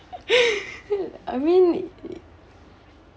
I mean